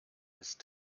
ist